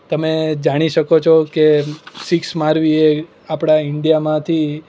તમે જાણી શકો છો કે સિક્સ મારવી એ આપણા ઈન્ડિયામાંથી